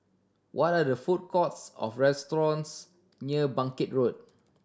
what are there food courts of restaurants near Bangkit Road